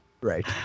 right